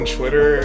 Twitter